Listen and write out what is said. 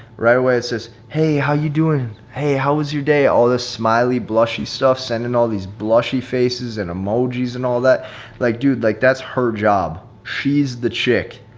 right away it says, hey, how you doing? hey, how was your day? all this smiley blushy stuff, sending all these blushy faces and emojis and all that like, dude, like that's her job. she's the chick.